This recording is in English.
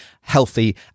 healthy